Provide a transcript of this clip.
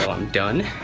um i'm done.